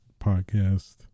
podcast